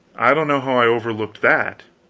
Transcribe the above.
i don't know how i overlooked that.